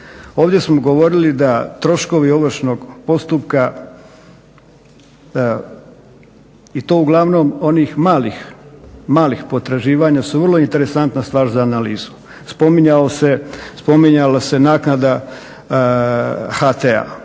Ovdje smo govorili da troškovi ovršnog postupka i to uglavnom onih malih, malih potraživanja su vrlo interesantna stvar za analizu. Spominjala se naknada HT-a.